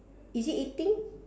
is it eating